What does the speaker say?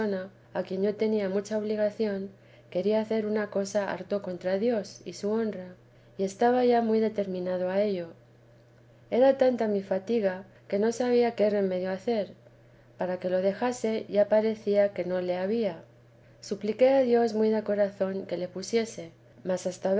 a quien yo tenía mucha obligación quería hacer una cosa harto contra dios y su honra y estaba ya muy determinada a ello era tanta mi fatiga que no vida de i a sama madre sabía qué remedio hacer para que lo dejase y aun parecía que no le había supliqué a dios muy de corazón que le pusiese mas hasta